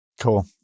Cool